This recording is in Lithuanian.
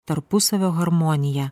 tarpusavio harmoniją